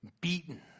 Beaten